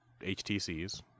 HTCs